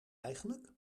eigenlijk